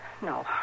No